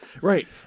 Right